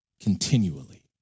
continually